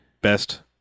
best